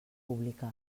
pública